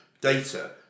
data